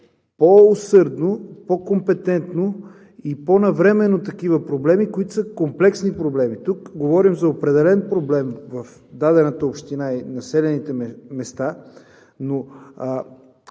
по-усърдно, по-компетентно, и по-навременно такива проблеми, които са комплексни проблеми. Тук говорим за определен проблем в дадената община и населените места, но